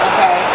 Okay